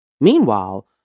Meanwhile